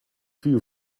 few